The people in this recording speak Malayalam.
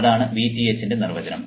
അതാണ് Vth ന്റെ നിർവചനം